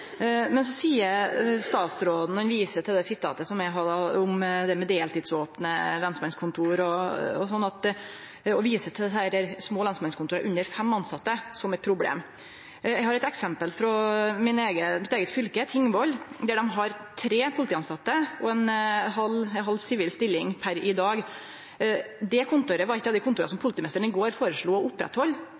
Så viser statsråden til det sitatet eg hadde om deltidsopne lensmannskontor, og til desse små lensmannskontora med under fem tilsette som eit problem. Eg har eit eksempel frå mitt eige fylke, frå Tingvoll, der dei har tre polititilsette og ei halv sivil stilling per i dag. Det kontoret var eitt av dei kontora som politimeisteren i går føreslo å oppretthalde.